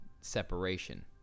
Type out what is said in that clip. separation